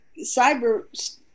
cyber